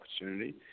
opportunity